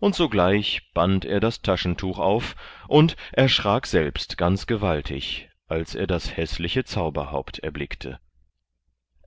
und sogleich band er das taschentuch auf und erschrak selbst ganz gewaltig als er das häßliche zauberhaupt erblickte